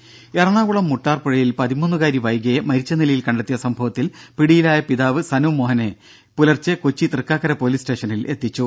ദേദ എറണാകുളം മുട്ടാർ പുഴയിൽ പതിമൂന്നുകാരി വൈഗയെ മരിച്ച നിലയിൽ കണ്ടെത്തിയ സംഭവത്തിൽ പിടിയിലായ പിതാവ് സനു മോഹനെ പുലർച്ചെ കൊച്ചി തൃക്കാക്കര പോലീസ് സ്റ്റേഷനിൽ എത്തിച്ചു